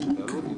אז אני אגיד לו.